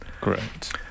great